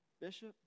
Bishop